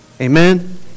Amen